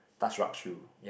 touch rug shoe